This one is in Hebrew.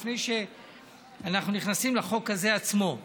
לפני שאנחנו נכנסים לחוק הזה עצמו.